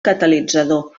catalitzador